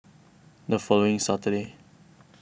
the following Saturday